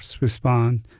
respond